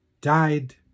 died